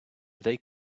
they